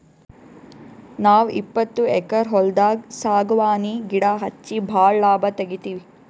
ನಾವ್ ಇಪ್ಪತ್ತು ಎಕ್ಕರ್ ಹೊಲ್ದಾಗ್ ಸಾಗವಾನಿ ಗಿಡಾ ಹಚ್ಚಿ ಭಾಳ್ ಲಾಭ ತೆಗಿತೀವಿ